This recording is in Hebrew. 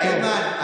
איימן,